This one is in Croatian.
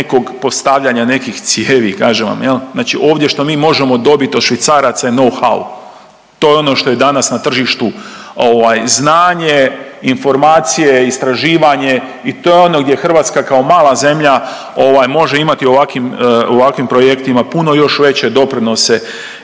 nekog postavljanja nekih cijevi kažem vam jel, znači ovdje što mi možemo dobit od Švicaraca je nouhau. To je ono što je danas na tržištu ovaj znanje, informacije, istraživanje i to je ono gdje Hrvatska kao mala zemlja ovaj može imati u ovakvim, u ovakvim projektima puno još veće doprinose